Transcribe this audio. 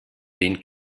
den